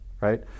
right